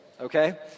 okay